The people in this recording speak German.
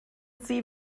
sie